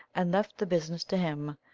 and left the business to him.